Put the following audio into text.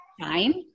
time